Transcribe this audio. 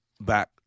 back